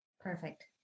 Perfect